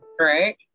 right